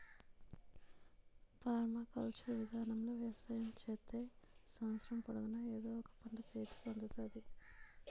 permaculture విధానములో వ్యవసాయం చేత్తే సంవత్సరము పొడుగునా ఎదో ఒక పంట సేతికి అందుతాది